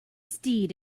steed